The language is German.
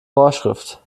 vorschrift